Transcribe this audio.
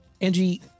Angie